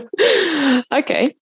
Okay